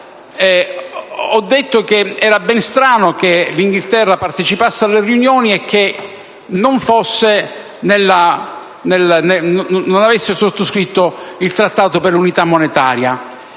ho detto che era ben strano che il Regno Unito partecipasse alle riunioni e che non avesse sottoscritto il Trattato sull'Unione monetaria.